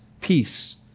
peace